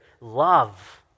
Love